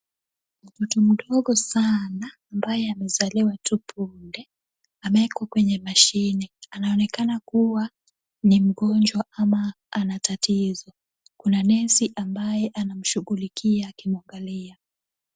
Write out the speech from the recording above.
Mtoto mdogo sana ambaye amezaliwa tu punde, amewekwa kwenye mashini . Anaonekana kuwa ni mgonjwa ama ana tatizo, kuna nesi ambaye anamshughulikia akimwangilia.